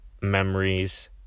memories